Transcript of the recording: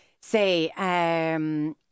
say